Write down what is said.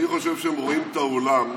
אני חושב שהם רואים את העולם,